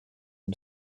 nom